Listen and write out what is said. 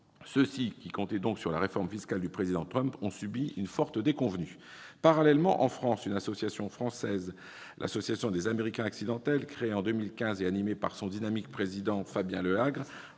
Ceux-ci, qui comptaient donc sur la réforme fiscale du président Trump, ont subi une forte déconvenue. Parallèlement, en France, l'Association des « Américains accidentels », créée en 2015 et animée par son dynamique président Fabien Lehagre,